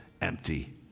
empty